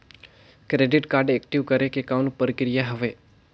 Credit card active करे के कौन प्रक्रिया हवे?